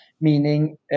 meaning